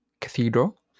cathedral